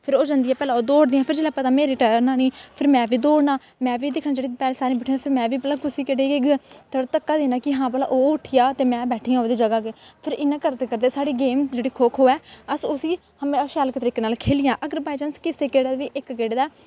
फिर ओह् जंदियां पैह्लें ओह् दौड़दियां फिर जिसलै पता मेरी टर्न औनी फिर में बी दौड़ना में बी दिक्खना जेह्ड़ी सारियां बैठी दियां होन में बी भला कुसी केह्ड़ी गी थोह्ड़ा धक्का देना भला ओह् उट्ठी जा ते में बैठी जां ओह्दी जगह् ते फिर इ'यां करदे करदे साढ़ी गेम जेह्ड़ी खो खो ऐ अस उसी शैल तरीके नाल खेढियै अगर बाई चांस किसे इक केह्ड़े दा बी